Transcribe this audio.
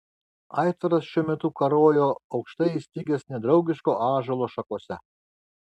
aitvaras šiuo metu karojo aukštai įstrigęs nedraugiško ąžuolo šakose